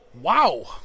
Wow